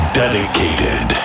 dedicated